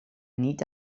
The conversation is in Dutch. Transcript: niet